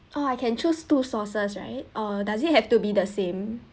ah I can choose two sauces right uh does it have to be the same